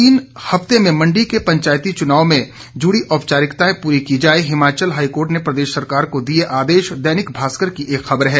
तीन हफ्ते में मंडी के पंचायती चुनाव से जुड़ी औपचारिकताएं पूरी की जाएं हिमाचल हाईकोर्ट ने प्रदेश सरकार को दिये आदेश दैनिक भास्कर की खबर है